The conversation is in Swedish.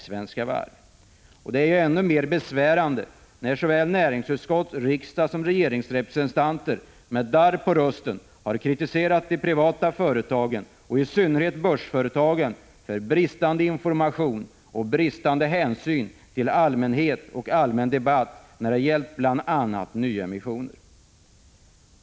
Detta är ännu mer besvärande när såväl näringsutskottet som riksdagsoch regeringsrepresentanter med darr på rösten har kritiserat de privata företagen och i synnerhet börsföretagen för bristande information och bristande hänsyn till allmänhet och allmän debatt när det gällt bl.a. nyemissioner.